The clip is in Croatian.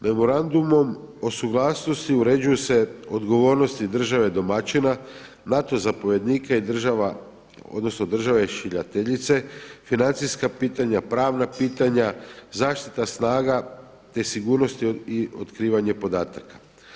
Memorandumom o suglasnosti uređuju se odgovornosti države domaćina, NATO zapovjednika, odnosno države šiljateljice, financijska pitanja, pravna pitanja, zaštita snaga te sigurnosti i otkrivanje podataka.